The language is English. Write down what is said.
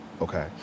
okay